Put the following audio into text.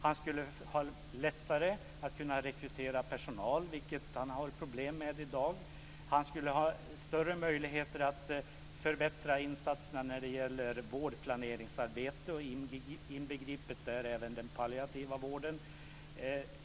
Han skulle ha lättare att rekrytera personal, något som han har problem med i dag. Han skulle ha större möjligheter att förbättra insatserna när det gäller vårdplaneringsarbete, där även inbegripet den palliativa vården.